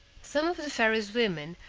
some of the fairy's women,